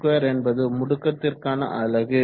msec2 என்பது முடுக்கத்திற்கான அலகு